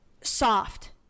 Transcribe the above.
Soft